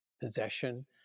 possession